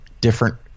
different